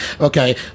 Okay